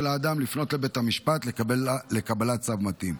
האדם לפנות לבית המשפט לקבלת צו מתאים.